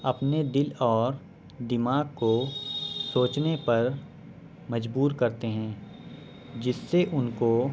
اپنے دل اور دماغ کو سوچنے پر مجبور کرتے ہیں جس سے ان کو